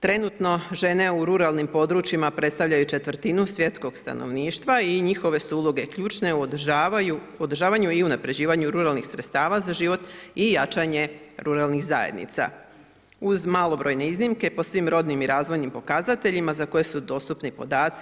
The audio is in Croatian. Trenutno žene u ruralnim područjima predstavljaju četvrtinu svjetskog stanovništva i njihove uloge su ključne u održavanju i unaprjeđivanju ruralnih sredstava za život i jačanje ruralnih zajednica, uz malobrojne iznimke po svim rodnim i razvojnim pokazateljima za koje su dostupni podaci.